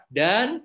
dan